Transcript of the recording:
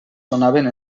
sonaven